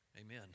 Amen